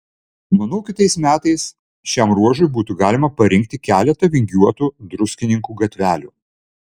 manau kitais metais šiam ruožui būtų galima parinkti keletą vingiuotų druskininkų gatvelių